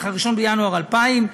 1 בינואר 2000,